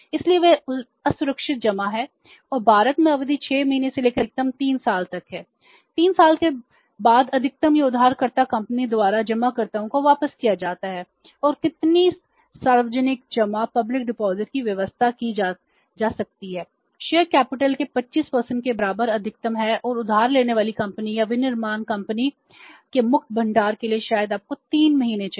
इसलिए वे असुरक्षित जमा हैं और भारत में अवधि 6 महीने से लेकर अधिकतम 3 साल तक है 3 साल के बाद अधिकतम यह उधारकर्ता कंपनी द्वारा जमाकर्ताओं को वापस किया जाना है और कितनी सार्वजनिक जमा की व्यवस्था की जा सकती है शेयर पूंजी के 25 के बराबर अधिकतम है और उधार लेने वाली कंपनी या विनिर्माण कंपनी के मुक्त भंडार के लिए शायद आपको 3 महीने चाहिए